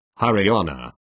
Haryana